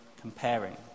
comparing